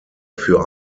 für